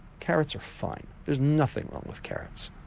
carrots are fine, there's nothing wrong with carrots.